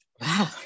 Wow